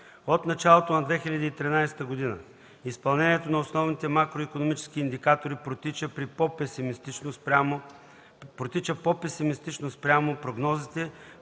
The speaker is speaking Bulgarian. От началото на 2013 г. изпълнението на основните макроикономически индикатори протича по-песимистично спрямо прогнозите,